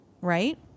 right